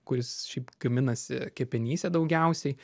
kuris šiaip gaminasi kepenyse daugiausiai